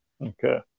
Okay